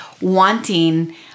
wanting